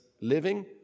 living